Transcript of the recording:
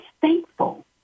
thankful